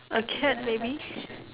a cat maybe